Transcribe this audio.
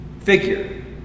figure